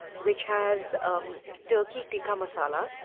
which has um turkey tikka masala.